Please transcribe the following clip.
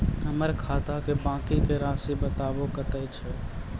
हमर खाता के बाँकी के रासि बताबो कतेय छै?